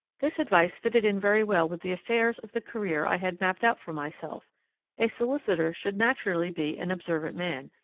this advice fitted in very well with the affairs of the career i had mapped out for myself a solicitor should naturally be an observant man,